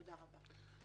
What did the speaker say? תודה רבה.